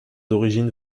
d’origine